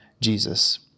Jesus